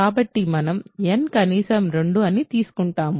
కాబట్టి మనం n కనీసం 2 అని అనుకుంటాము